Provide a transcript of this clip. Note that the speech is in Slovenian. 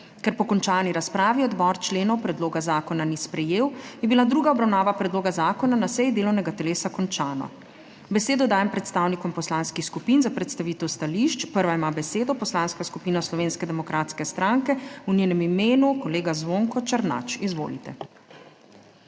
ker po končani razpravi odbor členov predloga ni sprejel, je bila druga obravnava predloga zakona na seji delovnega telesa končana. Besedo dajem predstavnikom poslanskih skupin za predstavitev stališč. Prva je Poslanska skupina Nova Slovenija - krščanski demokrati, v njenem imenu magister Janez Žakelj. Izvolite.